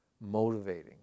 motivating